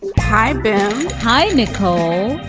and hi, ben. hi, nicole.